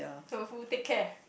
so who take care